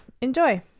Enjoy